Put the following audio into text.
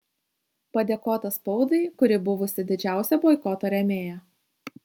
padėkota spaudai kuri buvusi didžiausia boikoto rėmėja